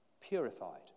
purified